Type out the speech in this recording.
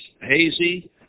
hazy